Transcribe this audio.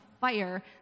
fire